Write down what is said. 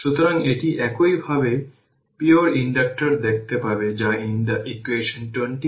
সুতরাং half C power 01 10 দেওয়া হয়েছে 6 ফ্যারাড কারণ এটি 01 মাইক্রোফ্যারাড